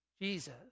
Jesus